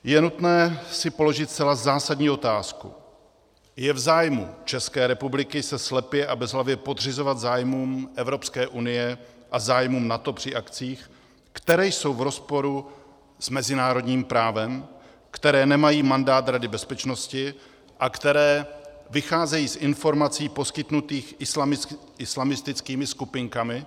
Je nutné si položit zcela zásadní otázku: je v zájmu České republiky se slepě a bezhlavě podřizovat zájmům Evropské unie a zájmům NATO při akcích, které jsou v rozporu s mezinárodním právem, které nemají mandát Rady bezpečnosti a které vycházejí z informací poskytnutých islamistickými skupinkami?